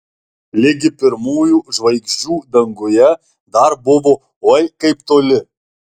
ligi pirmųjų žvaigždžių danguje dar buvo oi kaip toli